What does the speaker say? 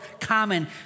common